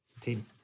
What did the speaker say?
Team